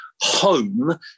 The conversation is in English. home